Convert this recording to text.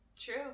true